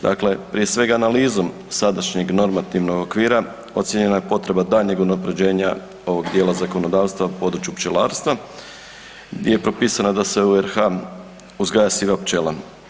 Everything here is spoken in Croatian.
Dakle, prije svega analizom sadašnjeg normativnog okvira ocijenjena je potreba daljnjeg unapređenja ovog dijela zakonodavstva na području pčelarstva gdje je propisano da se u RH uzgaja siva pčela.